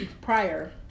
prior